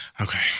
okay